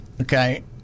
Okay